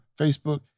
Facebook